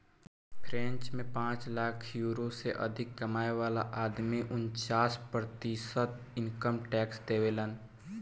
French में पांच lakh euro से अधिक कमाए वाला आदमी उनन्चास प्रतिशत इनकम टैक्स देबेलन